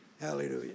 Hallelujah